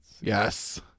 Yes